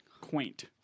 quaint